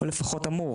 או לפחות אמור,